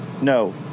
no